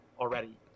already